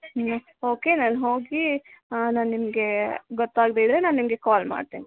ಹ್ಞೂ ಓಕೆ ನಾನು ಹೋಗಿ ನಾನು ನಿಮಗೆ ಗೊತ್ತಾಗದೆ ಇದ್ದರೆ ನಾನು ನಿಮಗೆ ಕಾಲ್ ಮಾಡ್ತೀನಿ